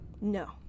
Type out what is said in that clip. no